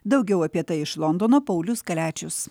daugiau apie tai iš londono paulius kaliačius